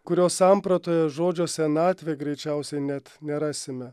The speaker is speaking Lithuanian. kurios sampratoje žodžio senatvė greičiausiai net nerasime